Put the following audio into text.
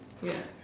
ya